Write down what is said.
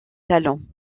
talents